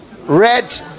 red